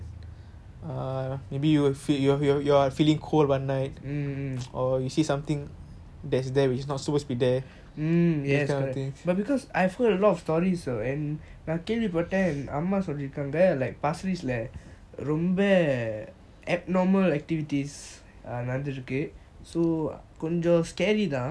mm mm yes correct but because I have heard a lot of stories and நான் கேள்வி பட்டன் அம்மா சொல்லி இருகாங்க:naan kealvi pattan amma solli irukanga like pasir ris there ரொம்ப:romba abnormal activities நடந்து இருக்கு:nadanthu iruku so கொஞ்சம்:konjam scary lah